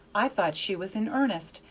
i thought she was in earnest,